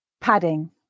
padding